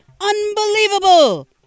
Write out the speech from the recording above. Unbelievable